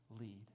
lead